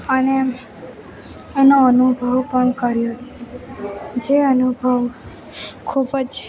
અને એનો અનુભવ પણ કર્યો છે જે અનુભવ ખૂબ જ